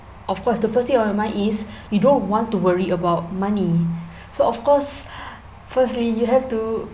of course the first thing on my mind is we don't want to worry about money so of course firstly you have to